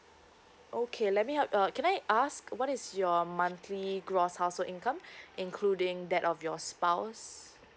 okay let me help uh can I ask what is your monthly gross household income including that of your spouse